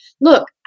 Look